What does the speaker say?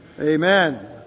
Amen